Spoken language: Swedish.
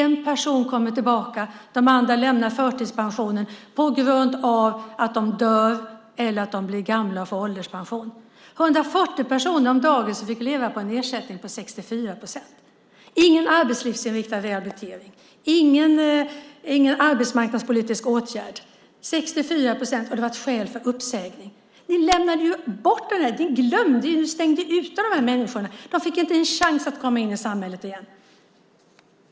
En person kommer tillbaka. De andra lämnar förtidspensionen på grund av att de dör eller att de blir gamla och får ålderspension. 140 personer om dagen fick leva på en ersättning på 64 procent. De fick ingen arbetslivsinriktad rehabilitering, ingen arbetsmarknadspolitisk åtgärd och 64 procent i ersättning. Det var ett skäl för uppsägning. Ni lämnade bort det detta. Ni glömde och stängde ute de här människorna. De fick inte en chans att komma in i samhället igen.